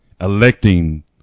electing